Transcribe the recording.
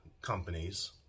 companies